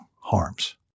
harms